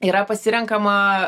yra pasirenkama